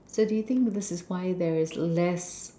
so do you think this is why there is less